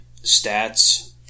stats